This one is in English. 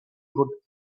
good